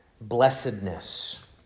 blessedness